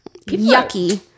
yucky